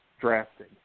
drafting